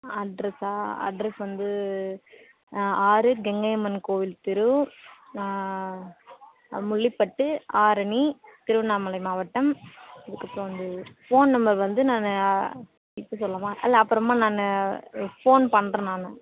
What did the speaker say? அட்ரெஸ்ஸா address வந்து ஆறு கங்கை அம்மன் கோவில் தெரு முள்ளிப்பட்டு ஆரணி திருவண்ணாமலை மாவட்டம் அதுக்கப்புறம் வந்து ஃபோன் நம்பர் வந்து நான் இப்போ சொல்லவா இல்லை அப்புறமா நான் ஃபோன் பண்ணுறேன் நான்